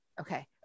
Okay